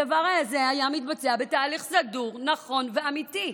הדבר הזה היה מתבצע בתהליך סדור, נכון ואמיתי.